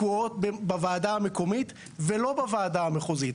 תקועות בוועדה המקומית ולא בוועדה המחוזית.